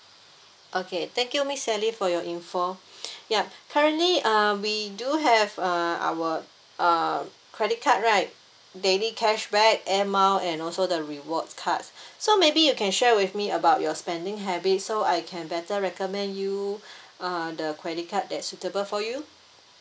okay thank you miss sally for your info yup currently uh we do have uh our uh credit card right daily cashback air mile and also the rewards cards so maybe you can share with me about your spending habits so I can better recommend you uh the credit card that suitable for you